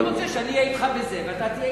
הוא רוצה שאני אהיה אתך בזה,